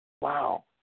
Wow